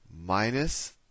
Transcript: minus